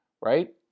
right